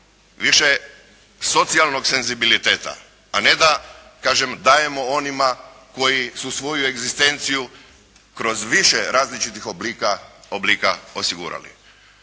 više socijalnog senzibiliteta, a ne da kažem dajemo onima koji su svoju egzistenciju kroz više različitih oblika osigurali.